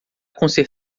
está